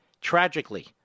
Tragically